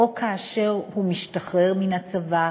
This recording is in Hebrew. או כאשר הוא משתחרר מן הצבא,